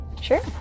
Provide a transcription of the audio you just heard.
sure